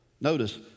Notice